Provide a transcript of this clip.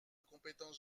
compétence